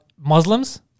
Muslims